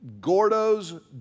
Gordo's